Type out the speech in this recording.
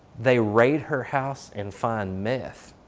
they raid her house and find meth.